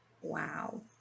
Wow